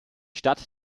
stadt